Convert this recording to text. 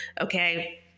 Okay